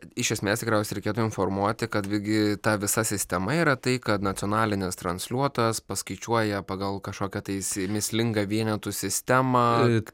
iš esmės tikriausiai reikėtų informuoti kad visgi ta visa sistema yra tai kad nacionalinis transliuotojas paskaičiuoja pagal kažkokią tais mįslingą vienetų sistemą